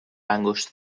انگشت